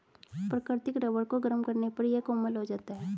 प्राकृतिक रबर को गरम करने पर यह कोमल हो जाता है